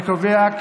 הצבעה.